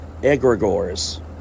egregores